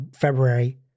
February